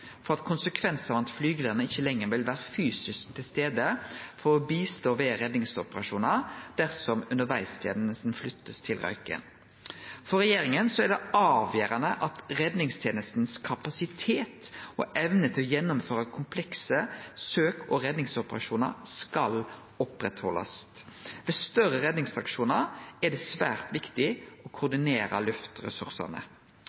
for konsekvensane av at flygarane ikkje lenger vil vere fysisk til stades for å bistå ved redningsoperasjonar dersom undervegstenesta blir flytta til Røyken. For regjeringa er det avgjerande at kapasiteten til redningstenesta og evna til å gjennomføre komplekse søk- og redningsoperasjonar skal oppretthaldast. Ved større redningsaksjonar er det svært viktig å